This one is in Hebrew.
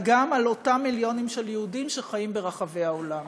גם על אותם מיליונים של יהודים שחיים ברחבי העולם,